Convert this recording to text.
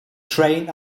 train